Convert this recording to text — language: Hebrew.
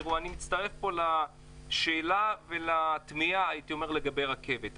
אני מצטרף לשאלה ולתמיהה לגבי רכבת.